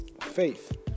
faith